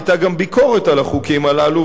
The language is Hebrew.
היתה גם ביקורת על החוקים הללו,